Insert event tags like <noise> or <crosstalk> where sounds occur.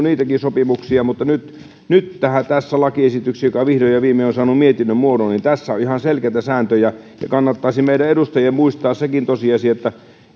<unintelligible> niitäkin sopimuksia mutta nyt nyt tässä lakiesityksessä joka vihdoin ja viimein on saanut mietinnön muodon on ihan selkeitä sääntöjä ja kannattaisi meidän edustajien muistaa sekin tosiasia että